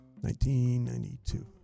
1992